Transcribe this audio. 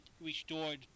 restored